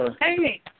Hey